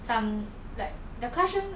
some like the classroom